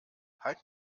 halt